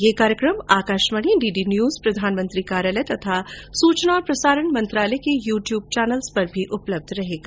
ये कार्यक्रम Akashvani DD news प्रधानमंत्री कार्यालय तथा सूचना और प्रसारण मंत्रालय के यू ट्यूब चैनलों पर उपलब्ध रहेगा